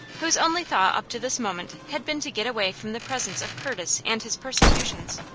whose only thought up to this moment had been to get away from the presence of curtis and his persecutions.